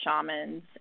shamans